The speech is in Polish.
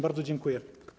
Bardzo dziękuję.